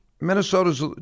Minnesota's